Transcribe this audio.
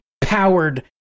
powered